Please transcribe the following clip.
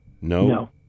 No